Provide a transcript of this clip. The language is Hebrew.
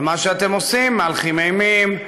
ומה שאתם עושים, מהלכים אימים.